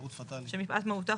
שמפאת מהותה,